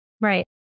Right